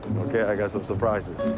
okay. i got some surprises.